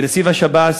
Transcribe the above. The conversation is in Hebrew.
לנציב השב"ס,